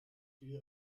tür